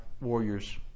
warriors